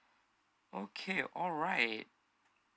okay alright